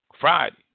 Friday